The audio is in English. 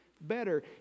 better